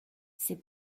ses